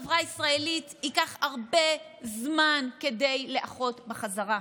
החברה הישראלית ייקח הרבה זמן לאחות בחזרה.